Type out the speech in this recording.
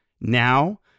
Now